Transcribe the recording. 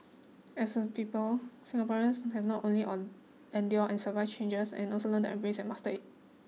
as a people Singaporeans have not only on endured and survived changes and also learned to embrace and master it